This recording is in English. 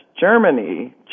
Germany